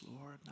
Lord